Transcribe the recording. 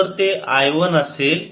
तर ते I one असेल